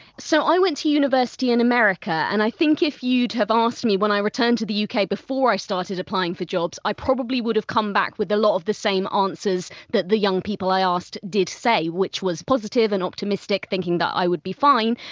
so, i went to university in america and i think if you'd have asked me when i returned to the uk, before i started applying for jobs, i probably would have come back with a lot of the same answers that the young people i asked did say, which was positive and optimistic, thinking that i would be fine.